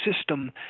system